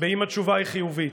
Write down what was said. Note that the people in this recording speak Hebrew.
אם התשובה היא חיובית: